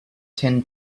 tin